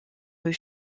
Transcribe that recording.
rues